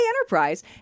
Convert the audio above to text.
Enterprise